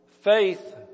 Faith